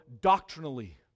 doctrinally